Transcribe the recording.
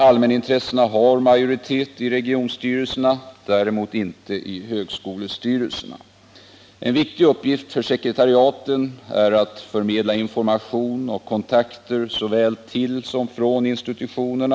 Allmänintressena är i majoritet i regionstyrelserna — däremot inte i högskolestyrelserna. En viktig uppgift för sekretariaten är att förmedla information och kontakter såväl till som från institutionerna.